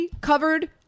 covered